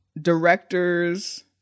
directors